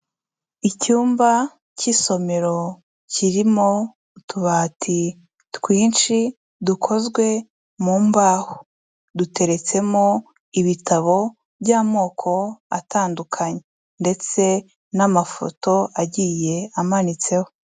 Icyumba k'isomero kirimo utubati twinshi dukozwe mu mbaho. Duteretsemo ibitabo by'amoko atandukanye ndetse n'amafoto agiye amanitseho.